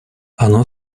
оно